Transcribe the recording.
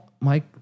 Mike